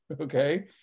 okay